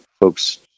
folks